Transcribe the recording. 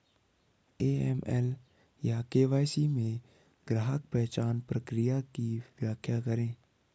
AML या KYC में ग्राहक पहचान प्रक्रिया की व्याख्या करें?